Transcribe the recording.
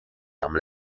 tam